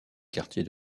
quartiers